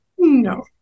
No